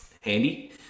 handy